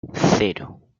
cero